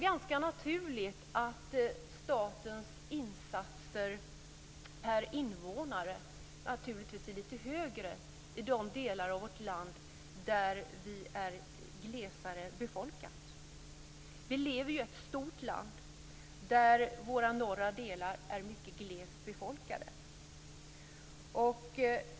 Det är naturligt att statens insatser per invånare är litet högre i de delar av landet som är glesare befolkat. Vi lever i ett stort land där de norra delarna är glest befolkade.